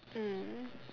mm